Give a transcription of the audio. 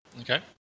Okay